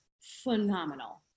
phenomenal